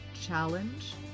Challenge